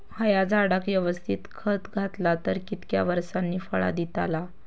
हया झाडाक यवस्तित खत घातला तर कितक्या वरसांनी फळा दीताला?